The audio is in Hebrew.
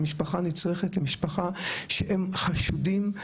משפחה שהם חשודים,